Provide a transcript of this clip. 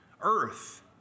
earth